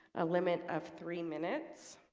a limit of three minutes